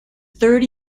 third